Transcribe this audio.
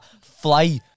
fly